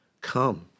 come